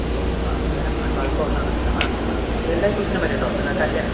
അപ്പോൾ ആ എന്തായാലും ആ ബൾക്ക് ഓർഡർ ആണെന്നു വച്ചാൽ ഇത് എല്ലാ യൂസിനും പറ്റും കേട്ടോ അത്